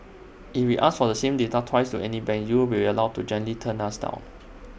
if we ask for the same data twice to any banks you will be allowed to gently turn us down